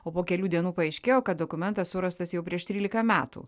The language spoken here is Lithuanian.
o po kelių dienų paaiškėjo kad dokumentas surastas jau prieš trylika metų